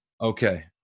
okay